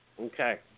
Okay